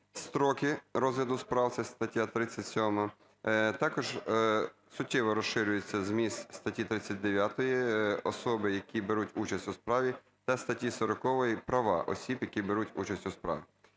строки розгляду справ (це стаття 37). Також суттєво розширюється зміст статті 39 "Особи, які беруть участь у справі" та статті 40 "Права осіб, які беруть участь у справі".